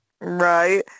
right